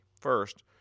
First